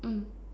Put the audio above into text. mm